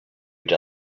each